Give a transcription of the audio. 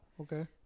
Okay